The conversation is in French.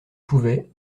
pouvait